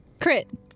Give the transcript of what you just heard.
Crit